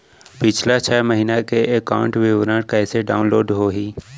पिछला छः महीना के एकाउंट विवरण कइसे डाऊनलोड होही?